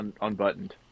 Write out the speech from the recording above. unbuttoned